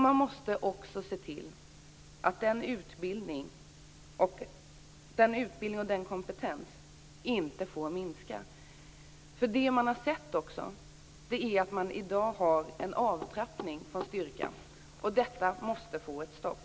Man måste också se till att utbildningen och kompetensen inte minskar. I dag har man en avtrappning från styrkan. Detta måste få ett stopp.